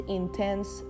intense